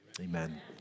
Amen